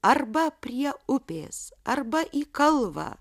arba prie upės arba į kalvą